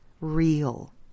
real